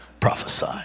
prophesy